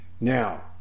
Now